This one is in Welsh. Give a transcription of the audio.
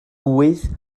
ŵydd